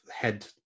head